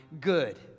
good